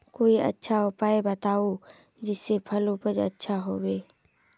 कोई अच्छा उपाय बताऊं जिससे फसल उपज अच्छा होबे